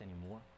anymore